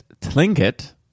Tlingit